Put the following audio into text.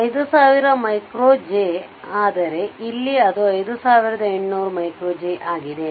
5000 J ಆದರೆ ಇಲ್ಲಿ ಅದು 5800 J ಆಗಿದೆ